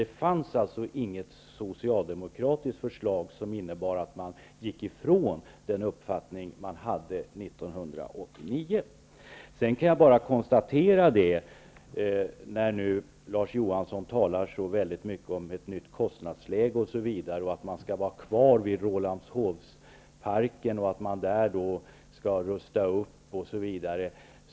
Det fanns alltså inget socialdemokratiskt förslag som innebar att man gick ifrån den uppfattning som fanns 1989. Larz Johansson talar nu så mycket om ett nytt kostnadsläge osv. och att man skall ha kvar förslaget om Rålambshovsparken. Där skall det ske en upprustning osv.